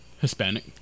Hispanic